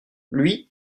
lui